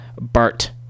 BART